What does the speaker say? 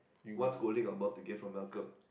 what's scolding I'm about to get from Malcolm